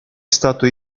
stato